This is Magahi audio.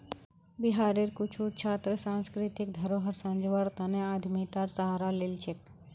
बिहारेर कुछु छात्र सांस्कृतिक धरोहर संजव्वार तने उद्यमितार सहारा लिल छेक